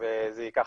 וזה ייקח,